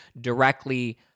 directly